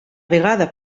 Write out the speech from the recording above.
vegada